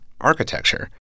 Architecture